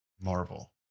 Marvel